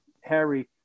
Harry